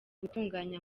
gutunganya